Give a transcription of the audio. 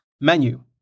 menu